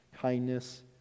kindness